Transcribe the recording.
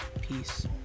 peace